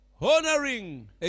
honoring